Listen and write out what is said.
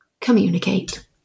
communicate